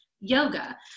yoga